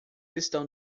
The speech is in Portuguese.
estão